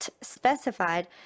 specified